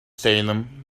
salem